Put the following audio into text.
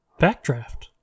Backdraft